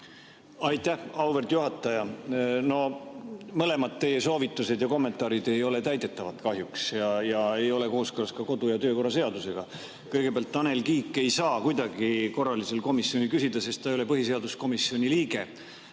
Aitäh, auväärt juhataja! Mõlemad teie soovitused ja kommentaarid ei ole kahjuks täidetavad ja ei ole ka kooskõlas kodu- ja töökorra seadusega. Kõigepealt, Tanel Kiik ei saa kuidagi korralisel komisjoni [istungil] küsida, sest ta ei ole põhiseaduskomisjoni liige.